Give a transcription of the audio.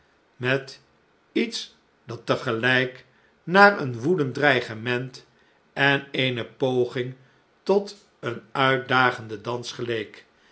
met iets dat tegelu'k naar een woedend dreigement en eene poging tot een uitdagenden dans geleek